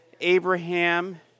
Abraham